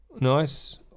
nice